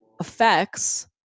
effects